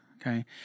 okay